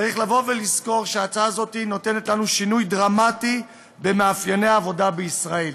צריך לזכור שההצעה הזאת נותנת לנו שינוי דרמטי במאפייני העבודה בישראל.